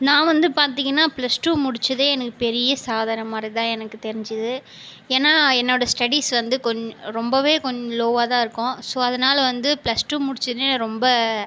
நான் வந்து பார்த்தீங்கன்னா பிளஸ் டூ முடித்ததே எனக்கு பெரிய சாதனை மாதிரி தான் எனக்கு தெரிஞ்சுது ஏன்னால் என்னோடய ஸ்டடீஸ் வந்து கொஞ்சம் ரொம்பவே கொஞ்சம் லோவாக தான் இருக்கும் ஸோ அதனால் வந்து பிளஸ் டூ முடித்ததே ரொம்ப